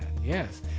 Yes